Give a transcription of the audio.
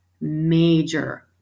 major